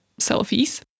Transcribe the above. selfies